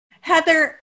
Heather